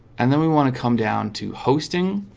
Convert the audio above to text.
and then we want to come down to hosting